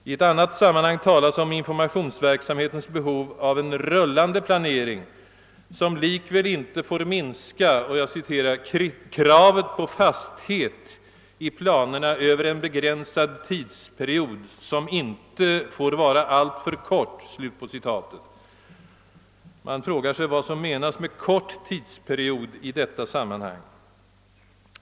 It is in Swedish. I ett annat sammanhang talas om informationsverksamhetens behov av en rullande planering, som likväl inte får minska »kravet på fasthet i planerna över en begränsad tidsperiod som inte får vara alltför kort«. Man frågar sig vad som menas med kort tidsperiod i detta sammanhang.